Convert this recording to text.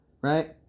right